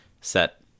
set